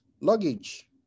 luggage